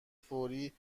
فوری